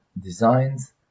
designs